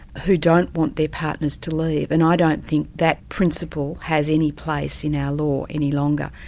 who don't want their partners to leave. and i don't think that principle has any place in our law any longer.